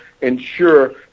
ensure